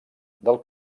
del